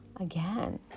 again